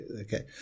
okay